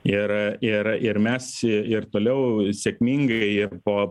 ir ir ir mes ir toliau sėkmingai ir po